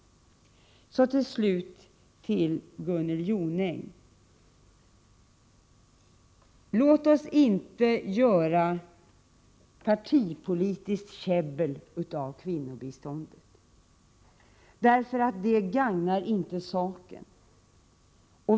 Till slut: Gunnel Jonäng, låt oss inte göra partipolitiskt käbbel av kvinnobiståndet — det gagnar inte saken.